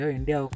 India